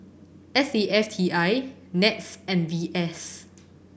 S A F T I NETS and V S